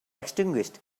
extinguished